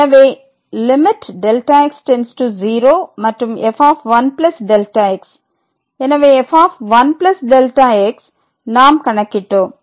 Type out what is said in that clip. எனவே limit Δx→0 மற்றும் f1Δx எனவே f1Δx நாம் கணக்கிட்டோம்